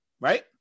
Right